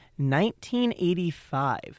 1985